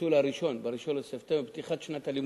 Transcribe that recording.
"הצלצול הראשון" ב-1 בספטמבר, פתיחת שנת הלימודים.